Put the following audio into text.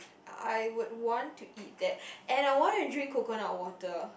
I would want to eat that and I wanna drink coconut water